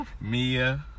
Mia